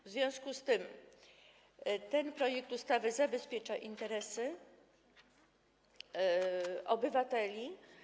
W związku z tym ten projekt ustawy zabezpiecza interesy obywateli.